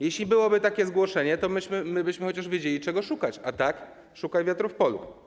Jeśli byłoby takie zgłoszenie, to my byśmy chociaż wiedzieli, czego szukać, a tak szukaj wiatru w polu.